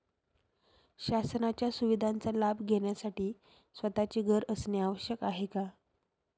शासनाच्या सुविधांचा लाभ घेण्यासाठी स्वतःचे घर असणे आवश्यक आहे का?